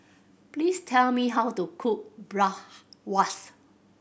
please tell me how to cook